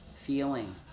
feeling